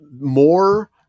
more